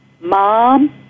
Mom